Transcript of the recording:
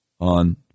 on